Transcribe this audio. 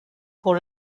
pour